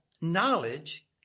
knowledge